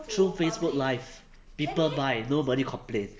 through facebook live people buy nobody complain